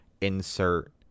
Insert